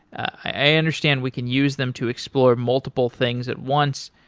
i understand we can use them to explore multiple things at once.